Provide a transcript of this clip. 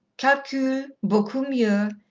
calcul, beaucoup mieux.